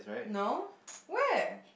no where